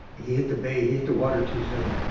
he hit the bay, he hit the water too soon.